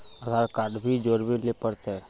आधार card भी जोरबे ले पड़ते?